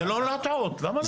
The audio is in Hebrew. זה לא להטעות, למה להטעות?